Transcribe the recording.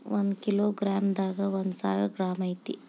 ಒಂದ kilogram ದಾಗ ಒಂದ ಸಾವಿರ ಗ್ರಾಂ ಐತಿ